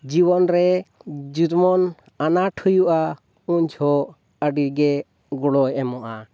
ᱡᱤᱵᱚᱱ ᱨᱮ ᱡᱮᱢᱚᱱ ᱟᱱᱟᱴ ᱦᱩᱭᱩᱜᱼᱟ ᱩᱱ ᱡᱚᱠᱷᱚᱱ ᱟᱹᱰᱤᱜᱮ ᱜᱚᱲᱚᱭ ᱮᱢᱚᱜᱼᱟ